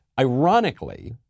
ironically